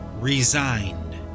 resigned